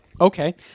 Okay